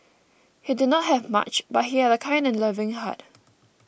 he did not have much but he had a kind and loving heart